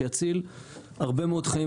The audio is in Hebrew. שאני מקווה שיציל הרבה מאוד חיים.